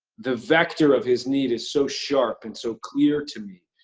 the vector of his need is so sharp and so clear to me,